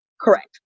correct